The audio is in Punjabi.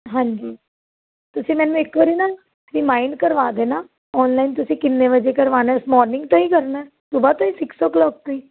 ਹਾਂਜੀ ਤੁਸੀਂ ਮੈਨੂੰ ਇੱਕ ਵਾਰੀ ਨਾ ਤੁਸੀਂ ਰਮਾਇਡ ਕਰਵਾ ਦੇਣਾ ਆਨਲਾਈਨ ਤੁਸੀਂ ਕਿੰਨੇ ਵਜੇ ਕਰਵਾਉਣਾ ਇਸ ਮੋਰਨਿੰਗ ਤੋਂ ਹੀ ਕਰਨਾ ਉਸ ਤੋਂ ਬਾਅਦ ਤੋਂ ਸਿਕਸ ਓ ਕਲੋਕ ਤੋਂ ਜੀ